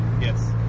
yes